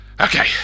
okay